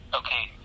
okay